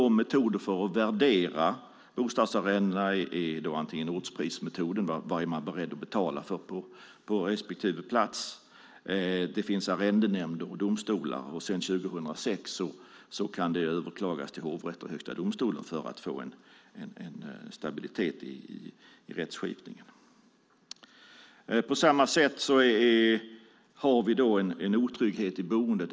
En metod att värdera bostadsarrenden är ortspris, alltså vad man är beredd att betala på respektive plats. Det finns arrendenämnder och domstolar, och sedan 2006 kan det överklagas till hovrätt och Högsta domstolen för att få en stabilitet i rättskipningen. På samma sätt har vi en otrygghet i boendet.